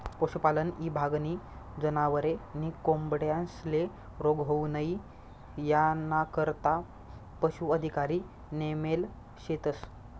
पशुपालन ईभागनी जनावरे नी कोंबड्यांस्ले रोग होऊ नई यानाकरता पशू अधिकारी नेमेल शेतस